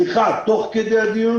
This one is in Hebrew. שיחה תוך כדי הדיון ושיחה אחרי הדיון.